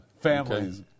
Families